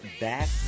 back